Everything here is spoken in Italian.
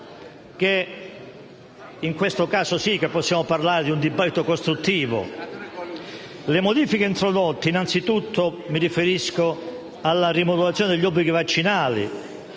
In questo caso possiamo sì parlare di un dibattito costruttivo. Quanto alle modifiche introdotte - innanzitutto mi riferisco alla rimodulazione degli obblighi vaccinali